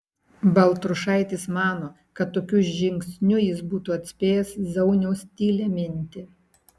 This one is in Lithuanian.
baltrušaitis mano kad tokiu žingsniu jis būtų atspėjęs zauniaus tylią mintį